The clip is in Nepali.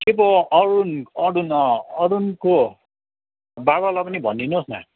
के पो अरुण अरुण अँ अरुणको बाबालाई पनि भनिदिनुहोस् न